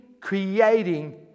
creating